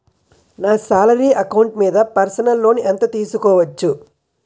నా salary account మీద personal loan ఎంత తీసుకోవచ్చు?